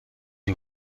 een